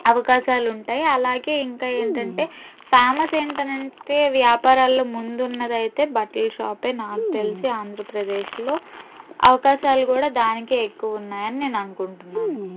అవకాశాలుంటాయి అలాగే ఇంకా ఏంటంటే ఫేమస్ ఏంటనంటే వ్యాపారాల్లో ముందున్నదైతే బట్టల షాపే నాకు తెలిసి ఆంధ్రప్రదేశ్లో అవకాశాలు కూడా దానికే ఎక్కువ ఉన్నాయని నేను అనుకుంటున్నాను